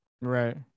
Right